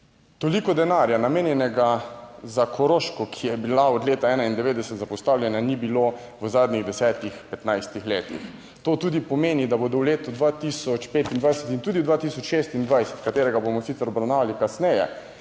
Toliko denarja, namenjenega za Koroško, ki je bila od leta 1991 zapostavljena, ni bilo v zadnjih 10, 15 letih. To tudi pomeni, da bodo v letu 2025 in tudi 2026, katerega bomo sicer obravnavali kasneje,